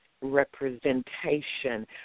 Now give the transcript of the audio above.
representation